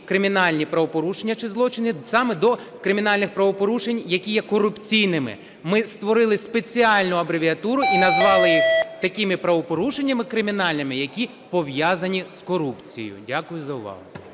кримінальні правопорушення чи злочини саме до кримінальних правопорушень, які є корупційними. Ми створили спеціальну абревіатуру і назвали їх такими правопорушеннями кримінальними, які пов'язані з корупцією. Дякую за увагу.